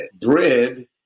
Bread